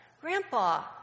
Grandpa